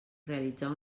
realitzar